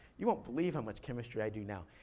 you won't believe how much chemistry i do now.